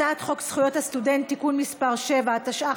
הצעת חוק זכויות הסטודנט (תיקון מס' 7), התשע"ח